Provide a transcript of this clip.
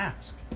ask